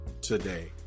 today